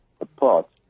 apart